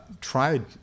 Tried